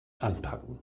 anpacken